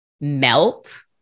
melt